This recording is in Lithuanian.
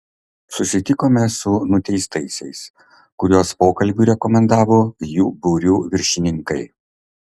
susitikome su nuteistaisiais kuriuos pokalbiui rekomendavo jų būrių viršininkai